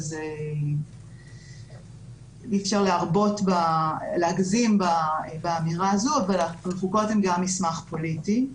אי אפשר להגזים באמירה הזו אבל חוקות הן גם מסמך פוליטי.